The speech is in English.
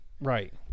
Right